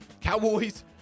Cowboys